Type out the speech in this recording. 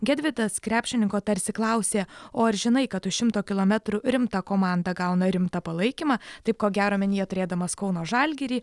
gedvydas krepšininko tarsi klausė o ar žinai kad už šimto kilometrų rimta komanda gauna rimtą palaikymą taip ko gero omenyje turėdamas kauno žalgirį